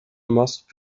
must